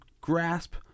grasp